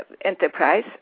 enterprise